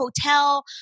hotel